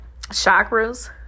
chakras